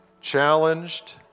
challenged